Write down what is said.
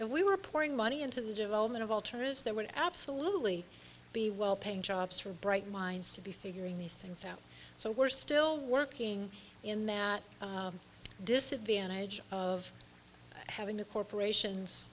and we were pouring money into the development of alternatives that would absolutely be well paying jobs for bright minds to be figuring these things out so we're still working in that disadvantage of having the corporations